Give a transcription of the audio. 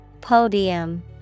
Podium